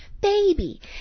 baby